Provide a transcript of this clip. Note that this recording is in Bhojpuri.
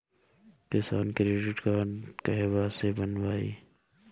किसान क्रडिट कार्ड कहवा से बनवाई?